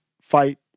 fight